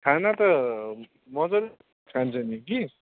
खाना त मजाले खान्छ नि कि